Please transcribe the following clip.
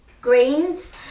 greens